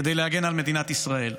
כדי להגן על מדינת ישראל.